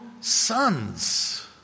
sons